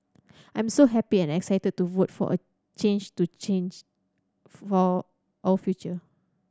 I'm so happy and excited to vote for a change to change for our future